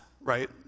right